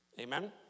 Amen